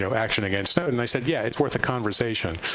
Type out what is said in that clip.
so action against snowden, i said, yeah, it's worth a conversation.